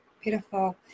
Beautiful